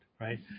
Right